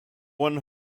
one